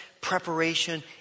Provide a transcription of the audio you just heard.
preparation